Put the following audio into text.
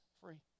free